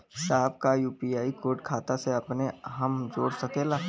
साहब का UPI code खाता से अपने हम जोड़ सकेला?